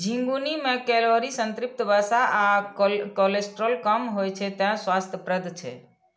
झिंगुनी मे कैलोरी, संतृप्त वसा आ कोलेस्ट्रॉल कम होइ छै, तें स्वास्थ्यप्रद छै